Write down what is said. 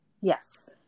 Yes